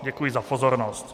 Děkuji za pozornost.